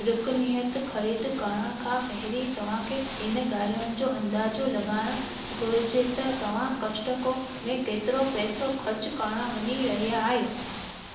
रुकनियतु ख़रीद करण खां पहिरीं तव्हांखे हिन ॻाल्हि जो अंदाज़ो लगा॒इणु घुरिजे त तव्हां कस्टको में कतिरो पैसो ख़र्चु करणु वञी रहिया आहियो